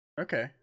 okay